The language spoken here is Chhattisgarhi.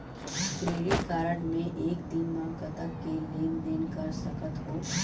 क्रेडिट कारड मे एक दिन म कतक के लेन देन कर सकत हो?